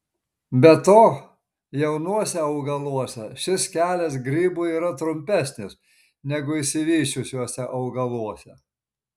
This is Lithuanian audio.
be to jaunuose augaluose šis kelias grybui yra trumpesnis negu išsivysčiusiuose augaluose